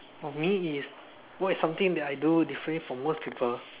for me is what is something that I do differently than most people